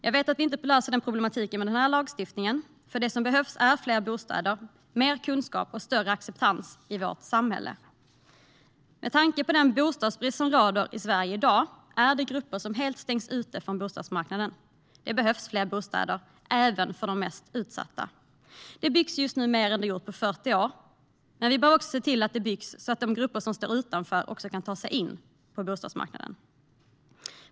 Jag vet att vi inte löser de problemen med den här lagstiftningen, men det som behövs är fler bostäder, mer kunskap och större acceptans i vårt samhälle. Med tanke på den bostadsbrist som råder i Sverige i dag finns grupper som helt stängs ute från bostadsmarknaden. Det behövs fler bostäder även för de mest utsatta. Det byggs just nu mer än det har byggts på 40 år, men vi bör också se till att det byggs så att de grupper som står utanför också kan ta sig in på bostadsmarknaden.